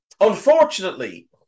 unfortunately